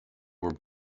were